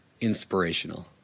inspirational